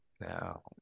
now